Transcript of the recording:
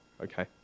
Okay